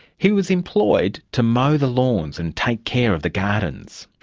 he was employed to mow the lawns and take care of the gardens.